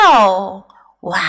Wow